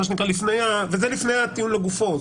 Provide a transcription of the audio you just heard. וזה לפני הטיעון לגופו.